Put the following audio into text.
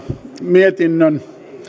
mietinnön